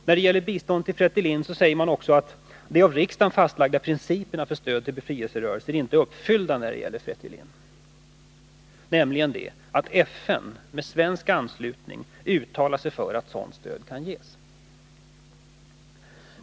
När de gäller biståndet till Fretilin säger utskottet också att de av riksdagen fastlagda principerna för stöd till befrielserörelser inte är uppfyllda när det gäller Fretilin, nämligen att FN med svensk anslutning inte har uttalat sig för att sådant stöd kan ges.